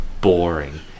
boring